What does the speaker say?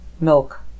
milk